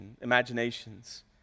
imaginations